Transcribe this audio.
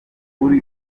uru